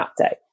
update